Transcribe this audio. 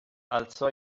alzò